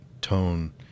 tone